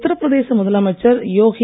உத்தரப்பிரதேச முதலமைச்சர் யோகி